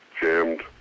jammed